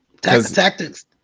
Tactics